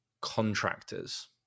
contractors